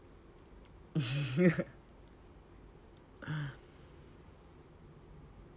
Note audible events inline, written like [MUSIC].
[LAUGHS]